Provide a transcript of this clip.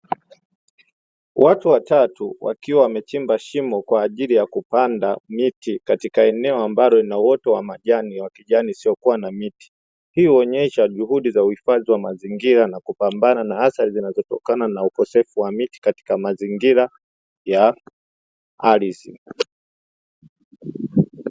Watu watatu, wakiwa wamechimba shimo ili kupanda miti katika eneo ambalo lina kijani isiyokuwa na miti, hii huonesha juhudi za uhifadhi wa mazingira na kupambana hasa zinazotokana na ukosefu wa miti, katika mazingira ya ardhi.